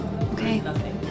okay